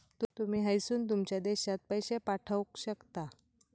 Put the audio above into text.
तुमी हयसून तुमच्या देशात पैशे पाठवक शकता